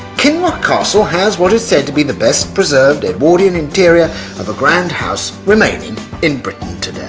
kinloch castle has what is said to be the best preserved edwardian interior of a grand house remaining in britain